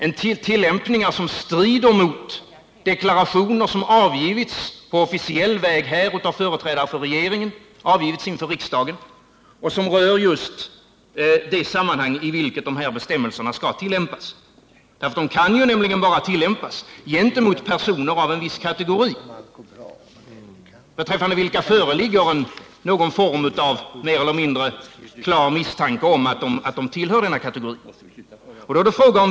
Det finns tillämpningar som strider mot deklarationer som avgivits inför riksdagen av företrädare för regeringen och som just rör de sammanhang i vilka dessa bestämmelser skall tillämpas. De kan nämligen bara tillämpas gentemot personer av en viss kategori eller gentemot personer mot vilka föreligger någon form av mer eller mindre klar misstanke om att de tillhör denna kategori.